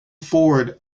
ford